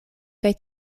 kaj